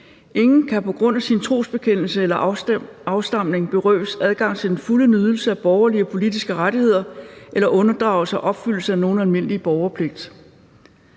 »Ingen kan på grund af sin trosbekendelse eller afstamning berøves adgang til den fulde nydelse af borgerlige og politiske rettigheder eller unddrage sig opfyldelsen af nogen almindelig borgerpligt.«